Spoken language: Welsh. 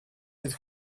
bydd